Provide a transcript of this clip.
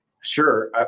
Sure